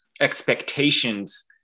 expectations